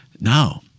No